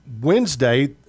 Wednesday